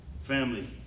Family